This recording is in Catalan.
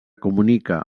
comunica